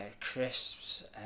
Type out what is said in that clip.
crisps